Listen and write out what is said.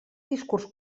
discurs